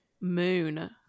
moon